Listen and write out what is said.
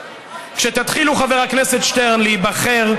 כשתתחילו, חבר הכנסת שטרן, להיבחר,